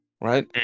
Right